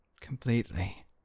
Completely